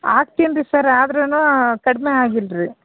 ಹಾಕ್ತೀನ್ರೀ sir ಆದ್ರು ಕಡಿಮೆ ಆಗಿಲ್ಲರೀ